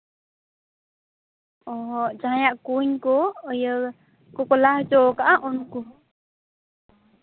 ᱚ ᱡᱟᱦᱟᱸᱭᱟᱜ ᱠᱩᱧ ᱠᱚ ᱤᱭᱟᱹ ᱠᱚᱠᱚ ᱞᱟ ᱦᱚᱪᱚᱣᱟᱠᱟᱜᱼᱟ ᱩᱱᱠᱩ